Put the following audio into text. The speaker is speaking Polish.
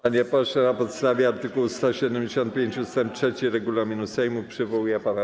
Panie pośle, na podstawie art. 175 ust. 3 regulaminu Sejmu przywołuję pana